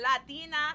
Latina